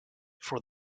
for